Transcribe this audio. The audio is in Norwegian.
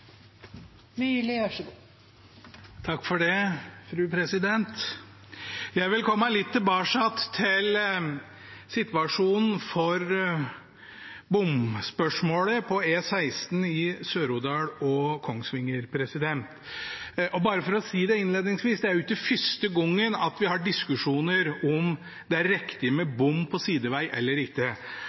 Jeg vil komme litt tilbake til situasjonen for bomspørsmålet på E16 i Sør-Odal og Kongsvinger. Bare for å si det innledningsvis: Det er ikke første gangen vi har diskusjoner om det er riktig med bom på sideveg eller ikke.